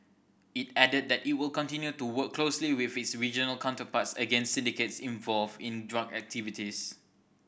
it added that it will continue to work closely with its regional counterparts against syndicates involved in drug activities